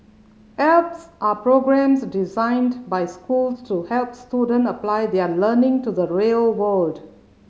alps are programs designed by schools to help student apply their learning to the real world